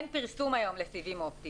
אין פרסום היום לסיבים אופטיים.